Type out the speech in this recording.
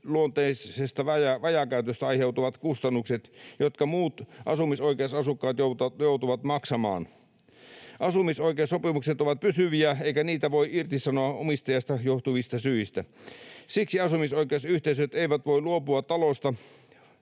pysyväisluonteisesta vajaakäytöstä aiheutuvat kustannukset, jotka muut asumisoikeusasukkaat joutuvat maksamaan. Asumisoikeussopimukset ovat pysyviä, eikä niitä voi irtisanoa omistajasta johtuvista syistä. Siksi asumisoikeusyhteisöt eivät voi luopua talosta,